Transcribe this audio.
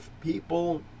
people